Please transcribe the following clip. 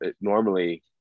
normally –